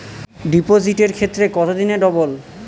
ডিপোজিটের ক্ষেত্রে কত দিনে ডবল?